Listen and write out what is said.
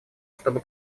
чтобы